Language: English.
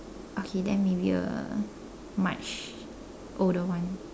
okay then maybe a much older one